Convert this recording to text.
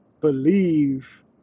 believe